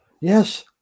Yes